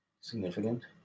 significant